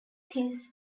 his